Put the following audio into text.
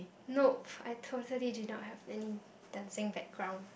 nope I totally did not have any dancing background